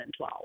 2012